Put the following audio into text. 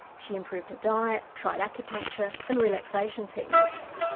she improved her diet, tried acupuncture and relaxation techniques.